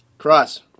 cross